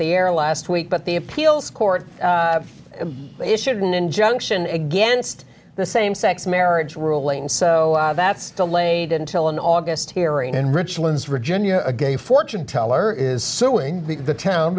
the air last week but the appeals court issued an injunction against the same sex marriage ruling so that's delayed until an august hearing in richlands virginia a gay fortune teller is suing the town